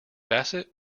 bassett